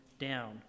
down